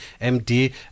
MD